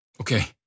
Okay